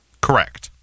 Correct